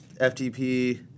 FTP